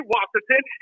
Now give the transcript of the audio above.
Washington